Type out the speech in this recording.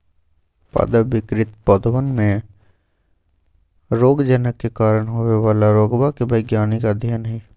पादप विकृति पौधवन में रोगजनक के कारण होवे वाला रोगवा के वैज्ञानिक अध्ययन हई